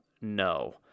no